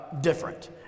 different